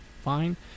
fine